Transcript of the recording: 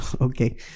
Okay